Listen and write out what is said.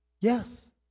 Yes